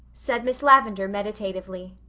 said miss lavendar meditatively,